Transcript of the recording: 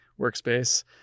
workspace